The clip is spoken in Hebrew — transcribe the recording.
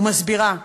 ומסבירה.